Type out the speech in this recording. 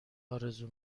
آرزو